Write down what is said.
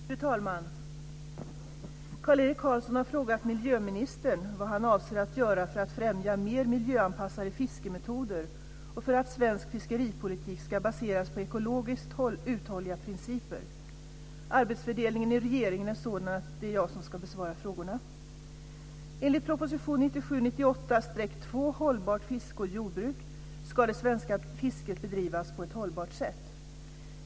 Fru talman! Kjell-Erik Karlsson har frågat miljöministern vad han avser att göra för att främja mer miljöanpassade fiskemetoder och för att svensk fiskeripolitik ska baseras på ekologiskt uthålliga principer. Arbetsfördelningen i regeringen är sådan att det är jag som ska besvara frågorna. Enligt propositionen 1997/98:2 Hållbart fiske och jordbruk ska det svenska fisket bedrivas på ett hållbart sätt.